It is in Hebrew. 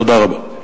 תודה רבה.